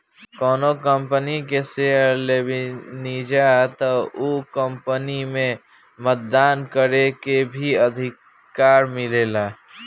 कौनो कंपनी के शेयर लेबेनिजा त ओ कंपनी में मतदान करे के भी अधिकार मिलेला